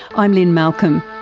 i'm lynne malcolm.